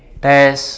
test